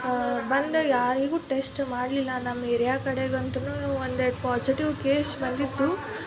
ಬಂದು ಯಾರಿಗೂ ಟೆಸ್ಟ್ ಮಾಡಲಿಲ್ಲ ನಮ್ಮ ಏರ್ಯಾ ಕಡೆಗಂತೂ ಒಂದೆರಡು ಪಾಝಿಟಿವ್ ಕೇಸ್ ಬಂದಿತ್ತು